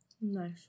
Nice